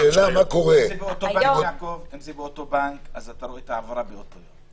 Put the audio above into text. אם זה באותו בנק, אתה רואה את ההעברה באותו יום.